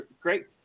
Great